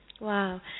Wow